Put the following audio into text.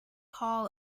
hall